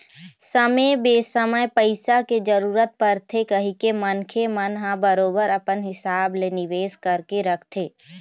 समे बेसमय पइसा के जरूरत परथे कहिके मनखे मन ह बरोबर अपन हिसाब ले निवेश करके रखथे